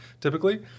typically